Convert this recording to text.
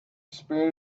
spirit